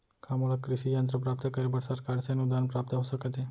का मोला कृषि यंत्र प्राप्त करे बर सरकार से अनुदान प्राप्त हो सकत हे?